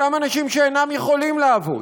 אותם אנשים שאינם יכולים לעבוד,